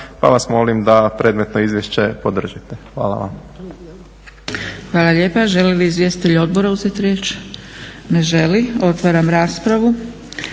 pa vas molim da predmetno izvješće podržite. Hvala vam. **Zgrebec, Dragica (SDP)** Hvala lijepa. Želi li izvjestitelj odbora uzeti riječ? Ne želi. Otvaram raspravu.